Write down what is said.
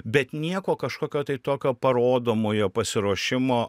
bet nieko kažkokio tai tokio parodomojo pasiruošimo